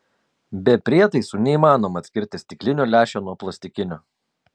be prietaisų neįmanoma atskirti stiklinio lęšio nuo plastikinio